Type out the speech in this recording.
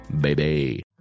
Baby